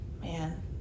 man